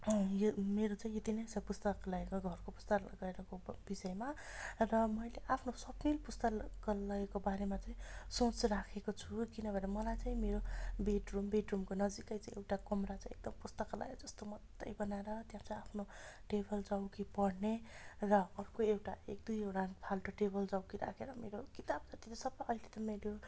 यो मेरो चाहिँ यति नै छ पुस्तकालय घरको पुस्तकालयको विषयमा र मैले आफ्नो सौकिन पुस्तकालयको बारेमा चाहिँ सोच राखेको छु किनभने मलाई चाहिँ मेरो बेड रुम बेड रुमको नजिकै चाहिँ एउटा कमरा चाहिँ एकदम पुस्तकालय जस्तै मात्रै बनाएर त्यहाँ चाहिँ आफ्नो टेबल चौकी पढ्ने र अर्को एउटा एक दुइवटा फाल्टो टेबल चौकी राखेर मेरो किताब जति चाहिँ अलिकति मेडल